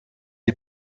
die